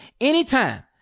anytime